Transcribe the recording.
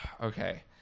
Okay